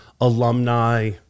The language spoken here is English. alumni